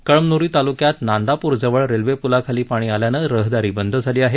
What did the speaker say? कळंमन्री ताल्क्यात नांदापूर जवळ रेल्वेप्लाखाली पाणी आल्यानं रहदारी बंद झाली आहे